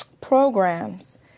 Programs